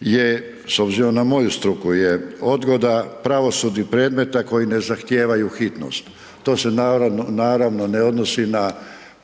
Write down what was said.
je s obzirom na moju struku je odgoda pravosudnih predmeta koji ne zahtijevaju hitnost. To se naravno ne odnosni na